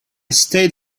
stayed